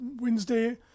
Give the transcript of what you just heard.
Wednesday